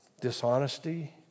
Dishonesty